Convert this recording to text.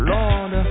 Lord